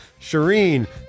Shireen